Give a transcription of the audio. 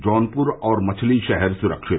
जौनपुर और मछली शहर सुरक्षित